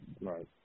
right